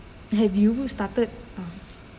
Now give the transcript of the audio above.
have you who started ah